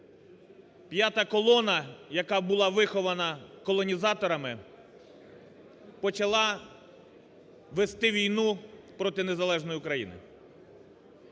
"П'ята колона", яка була вихована колонізаторами, почала вести війну проти незалежної України.